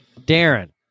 Darren